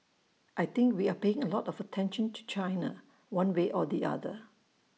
I think we are paying A lot of attention to China one way or the other